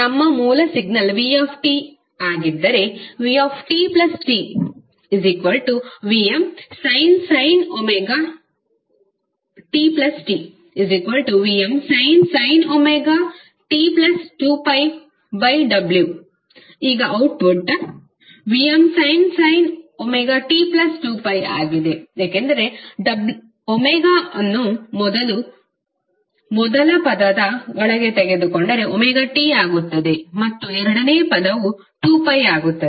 ನಮ್ಮ ಮೂಲ ಸಿಗ್ನಲ್v ಆಗಿದ್ದರೆ vtT vtTVmsin tT Vmsin t2ω ಈಗ ಅವ್ಟ್ಪುಟ್ Vmsin ωt2π ಆಗಿದೆ ಏಕೆಂದರೆ ಅನ್ನು ಮೊದಲ ಪದದ ಒಳಗೆ ತೆಗೆದುಕೊಂಡರೆ t ಆಗುತ್ತದೆ ಮತ್ತು ಎರಡನೇ ಪದವು 2π ಆಗುತ್ತದೆ